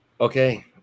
Okay